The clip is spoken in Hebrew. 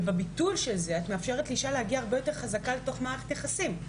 ובביטול את מאפשרת לאישה להגיע הרבה יותר חזקה למערכת יחסים.